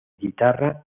guitarra